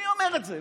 מי אומר את זה?